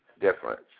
difference